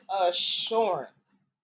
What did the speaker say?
assurance